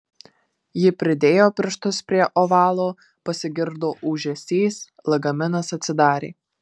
ji pridėjo pirštus prie ovalo pasigirdo ūžesys lagaminas atsidarė